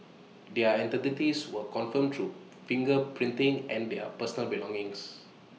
their identities were confirmed through finger printing and their personal belongings